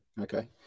okay